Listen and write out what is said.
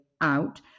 out